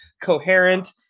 coherent